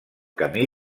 camí